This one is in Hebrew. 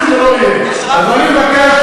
ואחר כך,